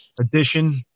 edition